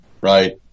right